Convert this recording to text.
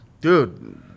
Dude